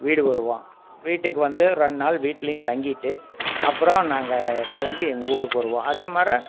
வீடு வருவோம் வீட்டுக்கு வந்து ரெண்டு நாள் வீட்லேயும் தங்கிட்டு அப்புறோம் நாங்கள் கிளம்பி எங்கூருக்கு வருவோம் அதே மாரி